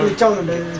dominate